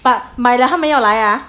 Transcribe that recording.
but 买了他们要来啊